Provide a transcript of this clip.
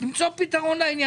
למצוא לכך פתרון.